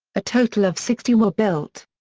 a total of sixty were built.